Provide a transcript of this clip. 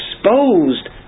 exposed